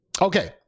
okay